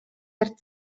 der